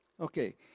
Okay